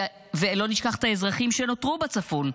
לא נשכח את האזרחים שנותרו בצפון,